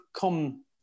come